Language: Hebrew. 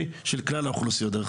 דרך אגב, של כלל האוכלוסיות.